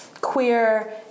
queer